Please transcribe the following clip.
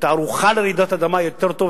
היתה ערוכה לרעידת אדמה יותר טוב,